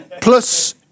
plus